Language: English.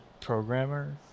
programmer